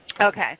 Okay